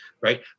right